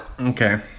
Okay